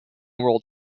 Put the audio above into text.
world